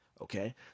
Okay